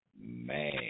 man